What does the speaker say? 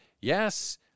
Yes